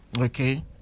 Okay